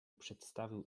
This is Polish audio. przedstawił